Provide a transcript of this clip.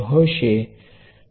અને આ શું અર્થ કરે છે